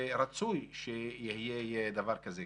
ורצוי שיהיה גם דבר כזה.